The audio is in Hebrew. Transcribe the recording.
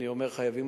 אני אומר: חייבים,